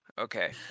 Okay